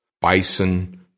bison